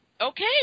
okay